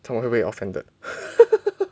他们会不会 offended